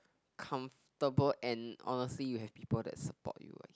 comfortable and honestly you have people that support you I